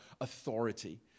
authority